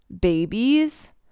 babies